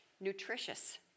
nutritious